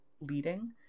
leading